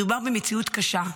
מדובר במציאות קשה,